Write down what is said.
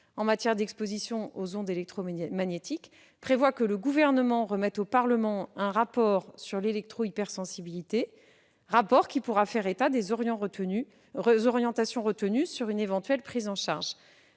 en matière d'exposition aux ondes électromagnétiques, prévoit que le Gouvernement remette au Parlement un rapport sur l'électro-hypersensibilité, rapport qui pourra faire état des orientations retenues sur une éventuelle prise en charge.